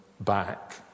back